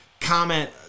comment